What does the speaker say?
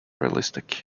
realistic